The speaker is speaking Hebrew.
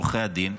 עורכי הדין,